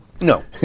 no